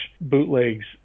bootlegs